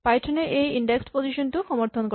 Python এ এই indexed position টোক সমৰ্থন কৰে